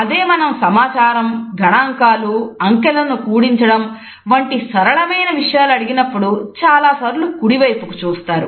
అదే మనం సమాచారం గణాంకాలు అంకెలను కూడించడం వంటి సరళమైన విషయాలు అడిగినప్పుడు చాలాసార్లు కుడి వైపుకి చూస్తారు